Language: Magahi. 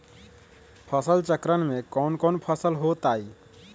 फसल चक्रण में कौन कौन फसल हो ताई?